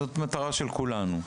זאת מטרה של כולנו.